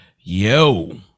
Yo